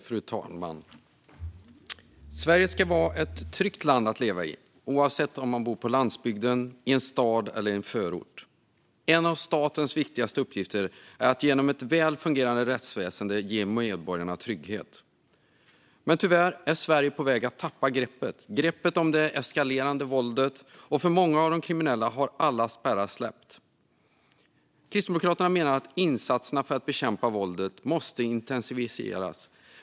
Fru talman! Sverige ska vara ett tryggt land att leva i, oavsett om man bor på landsbygden, i en stad eller i en förort. En av statens viktigaste uppgifter är att genom ett väl fungerande rättsväsen ge medborgarna trygghet. Men tyvärr är Sverige på väg att tappa greppet om det eskalerande våldet. Och för många av de kriminella har alla spärrar släppt. Kristdemokraterna menar att insatserna för att bekämpa våldet måste intensifieras.